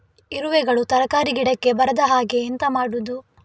ಇರುವೆಗಳು ತರಕಾರಿ ಗಿಡಕ್ಕೆ ಬರದ ಹಾಗೆ ಎಂತ ಮಾಡುದು?